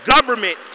government